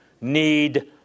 need